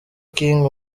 king